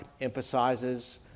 emphasizes